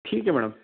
ठीक है मैडम